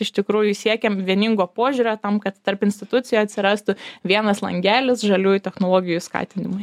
iš tikrųjų siekiam vieningo požiūrio tam kad tarp institucijų atsirastų vienas langelis žaliųjų technologijų skatinimui